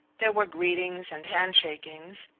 there were greetings and hand-shakings,